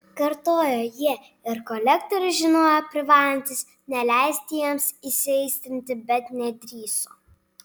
kartojo jie ir kolektorius žinojo privalantis neleisti jiems įsiaistrinti bet nedrįso